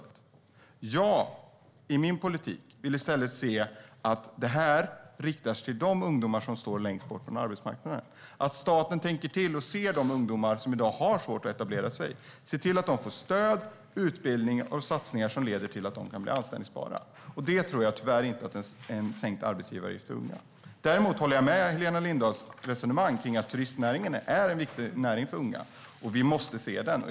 Jag vill i min politik i stället se att detta riktas till de ungdomar som står längst bort från arbetsmarknaden. Jag vill att staten tänker till och ser de ungdomar som i dag har svårt att etablera sig, så att de får stöd, utbildning och satsningar som leder till att de kan bli anställbara. Det tror jag tyvärr inte att en sänkt arbetsgivaravgift för unga gör. Däremot håller jag med i Helena Lindahls resonemang om att turistnäringen är en viktig näring för unga, och vi måste se den.